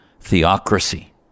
theocracy